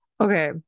okay